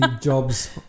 jobs